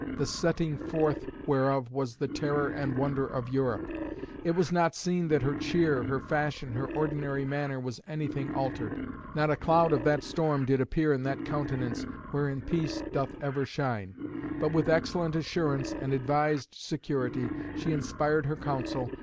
the setting forth whereof was the terror and wonder of europe it was not seen that her cheer, her fashion, her ordinary manner was anything altered not a cloud of that storm did appear in that countenance wherein peace doth ever shine but with excellent assurance and advised security she inspired her council,